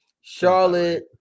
Charlotte